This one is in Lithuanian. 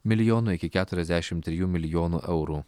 milijonų iki keturiasdešim trijų milijonų eurų